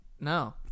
No